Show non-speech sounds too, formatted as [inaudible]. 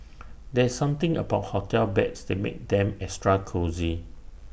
[noise] there's something about hotel beds that makes them extra cosy